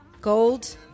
gold